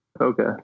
Okay